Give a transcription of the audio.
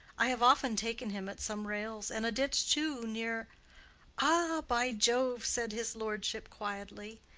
i have often taken him at some rails and a ditch too, near ah, by jove! said his lordship, quietly,